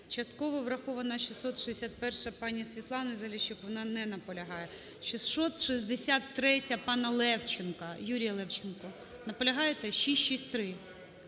Частково врахована 661-а пані СвітланиЗаліщук. Вона не наполягає. 663-я панаЛевченка. Юрій Левченко, наполягаєте? 663.